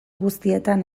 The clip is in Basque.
guztietan